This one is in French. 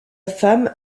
femme